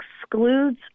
excludes